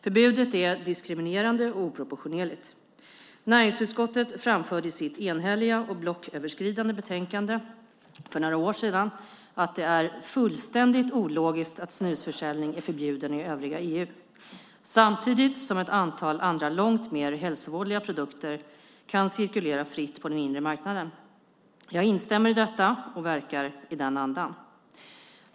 Förbudet är diskriminerande och oproportionerligt. Näringsutskottet framförde i sitt enhälliga och blocköverskridande betänkande för några år sedan att "det är fullständigt ologiskt att snusförsäljning är förbjuden i övriga EU, samtidigt som ett antal andra långt mer hälsovådliga produkter kan cirkulera fritt på den inre marknaden". Jag instämmer i detta och verkar i den andan.